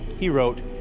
he wrote,